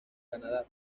canadá